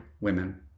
women